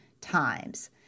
times